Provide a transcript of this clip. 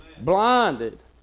Blinded